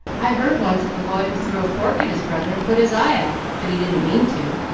i heard once of a boy who threw a fork at his brother and put his eye out. but he didn't mean to,